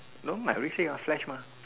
no I already mah flash mah